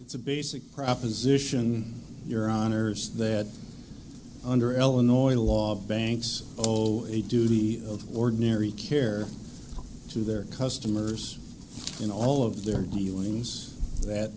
it's a basic proposition your honour's that under illinois law banks oh a duty of ordinary care to their customers in all of their new ones that